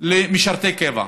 למשרתי קבע.